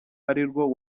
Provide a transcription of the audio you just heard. arirwo